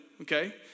okay